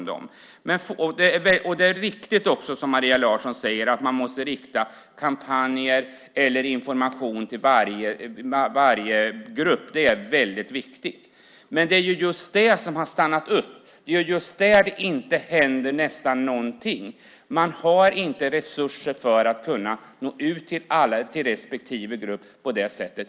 Det är riktigt som Maria Larsson säger: Man måste rikta kampanjer eller information till varje grupp. Det är väldigt viktigt. Men det är just det som har stannat upp. Det är just där det nästan inte händer någonting. Man har inte resurser för att kunna nå ut till respektive grupp på det sättet.